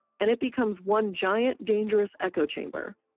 and it becomes one giant dangerous echo chamber,